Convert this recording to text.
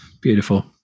beautiful